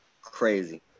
crazy